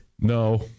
No